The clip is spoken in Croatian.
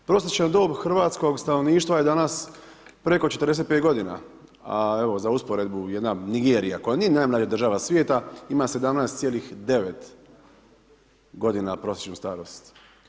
Prosječna dob hrvatskog stanovništva je danas preko 45 godina a evo za usporedbu jedna Nigerija koja nije najmlađa država svijeta ima 17,9 godina prosječnu starost.